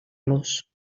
los